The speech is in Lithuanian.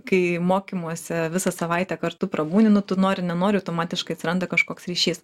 kai mokymuose visą savaitę kartu prabūni nu tu nori nenori automatiškai atsiranda kažkoks ryšys